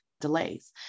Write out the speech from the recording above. delays